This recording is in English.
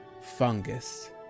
fungus